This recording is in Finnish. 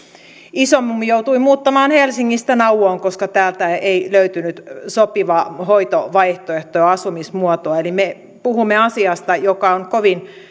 isomummi joutui muuttamaan helsingistä nauvoon koska täältä ei löytynyt sopivaa hoitovaihtoehtoa ja asumismuotoa eli me puhumme asiasta joka on kovin